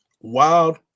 wild